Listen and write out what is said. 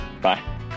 Bye